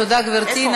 תודה, גברתי.